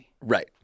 Right